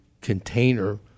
container